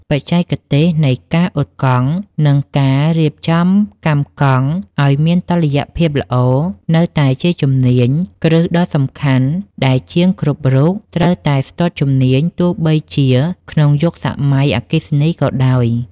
បច្ចេកទេសនៃការអ៊ុតកង់ និងការរៀបចំកាំកង់ឱ្យមានតុល្យភាពល្អ នៅតែជាជំនាញគ្រឹះដ៏សំខាន់ដែលជាងគ្រប់រូបត្រូវតែស្ទាត់ជំនាញទោះបីជាក្នុងយុគសម័យអគ្គិសនីក៏ដោយ។